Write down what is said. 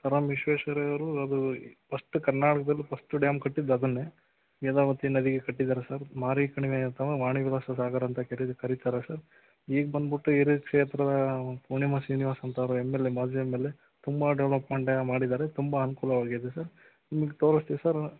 sir M Visvesvaraya ಅವರು ಅದು first ಕರ್ನಾಟಕದಲ್ಲಿ ಫಸ್ಟ್ ಡ್ಯಾಮ್ ಕಟ್ಟಿದ್ದದನ್ನೇ ವೇದಾವತಿ ನದಿಗೆ ಕಟ್ಟಿದ್ದಾರೆ ಸರ್ ಮಾರಿ ಕಣಿವೆ ವಾಣಿವಿಲಾಸ ಸಾಗರ ಅಂತ ಕರಿ ಕರೀತಾರೆ ಸರ್ ಈಗ ಬಂದುಬಿಟ್ಟು ಇಡೀ ಕ್ಷೇತ್ರ ಪೂರ್ಣಿಮಾ ಶ್ರೀನಿವಾಸ್ ಅಂತ ಅವರು ಎಂ ಎಲ್ ಎ ಮಾಜಿ ಎಂ ಎಲ್ ಎ ತುಂಬ ಡೆವಲಪ್ಮೆಂಟ್ ಮಾಡಿದ್ದಾರೆ ತುಂಬ ಅನುಕೂಲವಾಗಿದೆ ಸರ್ ನಿಮಗೆ ತೋರಿಸ್ತೀವಿ ಸರ್